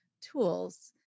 tools